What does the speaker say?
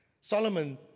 Solomon